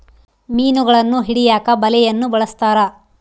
ಮೀನುಗಳನ್ನು ಹಿಡಿಯಕ ಬಲೆಯನ್ನು ಬಲಸ್ಥರ